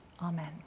Amen